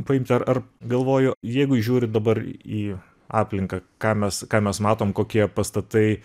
paimt ar ar galvoju jeigu žiūrim dabar į aplinką ką mes ką mes matom kokie pastatai